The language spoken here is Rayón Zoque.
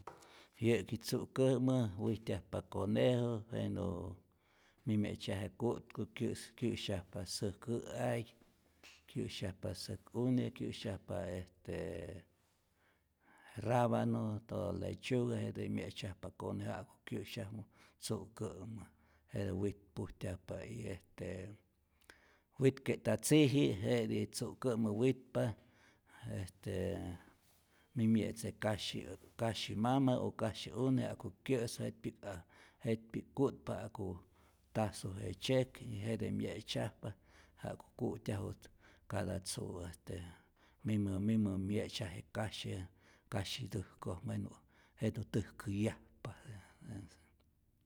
Yä'ki tzu'kämä wijtyajpa conejo, jenä mi mye'tzyaje ku'tku kyä's kyä'syajpa säjkä ay, kyäsyajpa säk'une', kyä'syajpa estee rabano, todo lechuga, jete mye'tzyajpa conejo' ja'ku kyä'syaju tzu'kämä, jete witpujtyajpa y este witke'ta tziji' je'tij tzu'kä'mä witpa, este mi mye'tze kashi, kasyi mama o kasyi une' ja'ku kyä'su, jet'pi'k a jet'pi'k ku'tpa ja'ku tajsu je tzyek y jete mye'tzyajpa ja'ku ku'tyaju cada tzu' este mimä mimä myetzyaj kasyi kasyi'täjkojmä jenä jenä täjkäyajpa yaj.